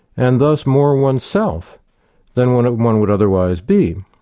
and thus more oneself than one one would otherwise be.